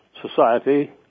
society